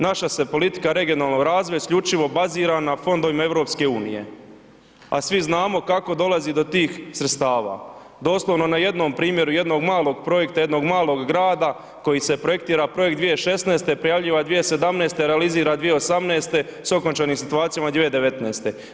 Naša se politika regionalnog razvoja isključivo bazira na fondovima EU a svi znamo kako dolazi do tih sredstava, doslovno na jednom primjeru jednog malog projekta, jednog malog grada koji se projektira projekt 2016., prijavljuje 2017., realizira 2018. sa okončanim situacijama 2019.